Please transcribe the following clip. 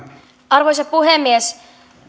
arvoisa puhemies